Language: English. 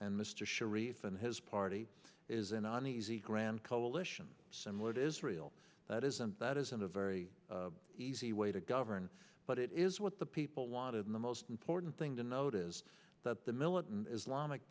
and mr sharif and his party is an uneasy grand coalition similar to israel that isn't that isn't a very easy way to govern but it is what the people wanted in the most important thing to note is that the militant islamic